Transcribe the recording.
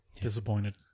disappointed